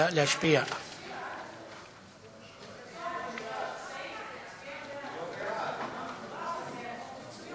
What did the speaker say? חוק ההנדסאים והטכנאים המוסמכים (תיקון),